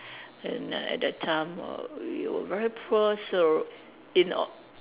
and uh at that time err we were very poor so you in o~